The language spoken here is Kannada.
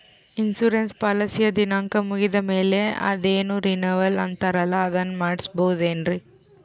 ಇನ್ಸೂರೆನ್ಸ್ ಪಾಲಿಸಿಯ ದಿನಾಂಕ ಮುಗಿದ ಮೇಲೆ ಅದೇನೋ ರಿನೀವಲ್ ಅಂತಾರಲ್ಲ ಅದನ್ನು ಮಾಡಿಸಬಹುದೇನ್ರಿ?